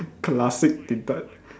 classic Din-Tat